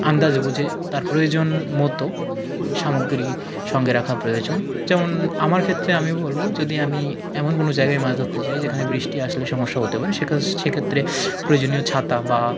আন্দাজ বুঝে তার প্রয়োজন মতো সামগ্রী সঙ্গে রাখা প্রয়োজন যেমন আমার ক্ষেত্রে আমি বলব যদি আমি এমন কোনো জায়গায় মাছ ধরতে যাই যেখানে বৃষ্টি আসলে সমস্যা হতে পারে সেকজ সেক্ষেত্রে প্রয়োজনীয় ছাতা বা